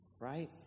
Right